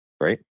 right